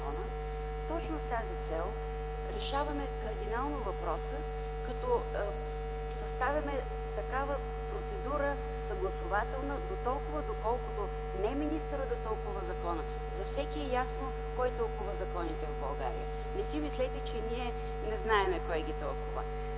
Точно с тази цел решаваме кардинално въпроса, като създаваме такава съгласувателна процедура дотолкова, доколкото не министърът да тълкува закона – за всеки е ясно кой тълкува законите в България. Не си мислете, че ние не знаем кой ги тълкува.